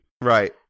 Right